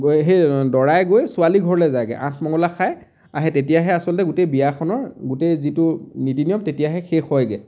গৈ সেই দৰাই গৈ ছোৱালীঘৰলৈ যায়গৈ আঠমঙলা খাই আহে তেতিয়াহে আচলতে গোটেই বিয়াখনৰ গোটেই যিটো নীতি নিয়ম তেতিয়াহে শেষ হয়গৈ